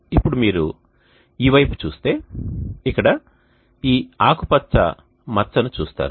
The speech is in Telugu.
ఇప్పుడు మీరు ఈ వైపు చూస్తే ఇక్కడ ఈ ఆకుపచ్చ మచ్చను చూస్తారు